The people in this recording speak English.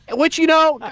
and which, you know,